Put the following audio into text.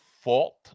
fault